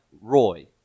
Roy